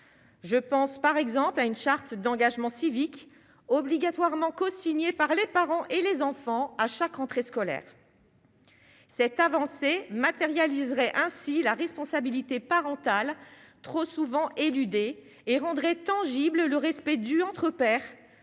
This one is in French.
je pense par exemple à une charte d'engagement civique obligatoirement signé par les parents et les enfants à chaque rentrée scolaire, cette avancée matérialisera ainsi la responsabilité parentale, trop souvent éludée et rendrait tangible : le respect du entre pairs,